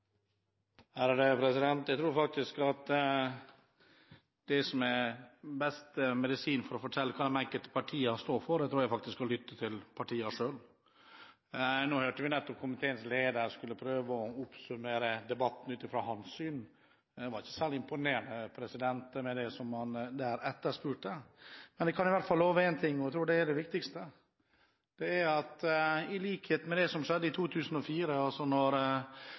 Jeg tror at det som er den beste medisin for å fortelle hva de enkelte partiene står for, faktisk er å lytte til partiene selv. Nå hørte vi nettopp komiteens leder prøve å oppsummere debatten ut fra sitt syn. Det var ikke særlig imponerende det som han etterspurte. Jeg kan i hvert fall si én ting, jeg tror det er det viktigste, og det er at i likhet med det som skjedde i 2004, altså